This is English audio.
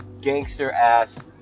gangster-ass